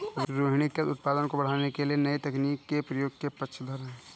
रोहिनी कृषि उत्पादन को बढ़ाने के लिए नए तकनीक के प्रयोग के पक्षधर है